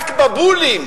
רק בבולים,